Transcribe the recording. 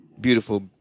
beautiful